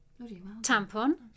Tampon